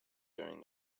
during